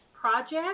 project